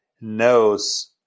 knows